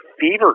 fever